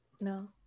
No